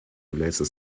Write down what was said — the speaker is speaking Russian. является